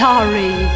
Sorry